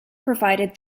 provided